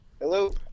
hello